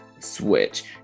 switch